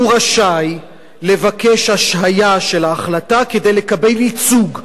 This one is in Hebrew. הוא רשאי לבקש השהיה של ההחלטה כדי לקבל ייצוג.